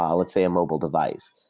um let's say, a mobile device.